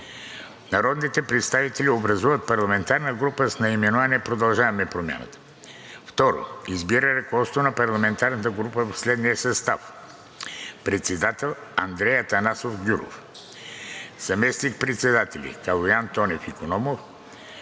Народните представители образуват парламентарна група с наименование „Продължаваме Промяната“; 2. Избира ръководство на парламентарната група в следния състав: председател – Андрей Атанасов Гюров, заместник-председатели – Калоян Тонев Икономов,